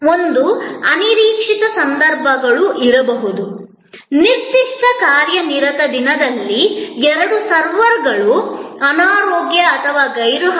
ಒಂದು ಅನಿರೀಕ್ಷಿತ ಸಂದರ್ಭಗಳು ಇರಬಹುದು ನಿರ್ದಿಷ್ಟ ಕಾರ್ಯನಿರತ ದಿನದಲ್ಲಿ ಎರಡು ಸರ್ವರ್ಗಳು ಅನಾರೋಗ್ಯ ಮತ್ತು ಗೈರುಹಾಜರಾಗಬಹುದು